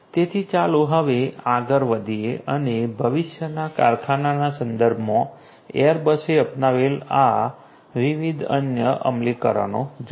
તેથી ચાલો હવે આગળ વધીએ અને ભવિષ્યના કારખાનાના સંદર્ભમાં એરબસે અપનાવેલા આ વિવિધ અન્ય અમલીકરણો જોઈએ